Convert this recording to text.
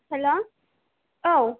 हेल' औ